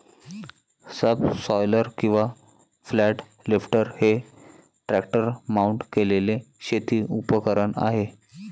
subsoiler किंवा flat lifter हे tractor mount केलेले शेती उपकरण आहे